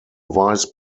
vice